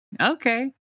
okay